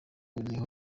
niho